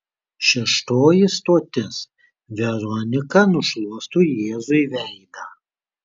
šeštoji stotis veronika nušluosto jėzui veidą